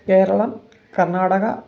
Keralam Karnataka